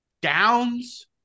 Downs